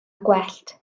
gwellt